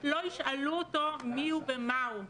לא ישאלו אותו מיהו או מהו.